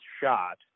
shot